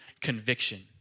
conviction